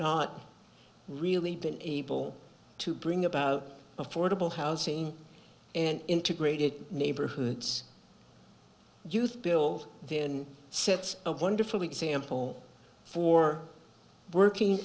not really been able to bring about affordable housing and integrated neighborhoods youth build sets a wonderful example for working